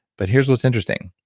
but here's what's interesting.